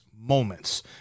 moments